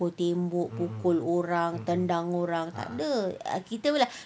pukul tembok pukul orang tendang orang tak ada